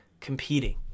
competing